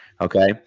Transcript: okay